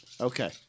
Okay